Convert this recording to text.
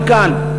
גם כאן,